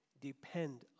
depend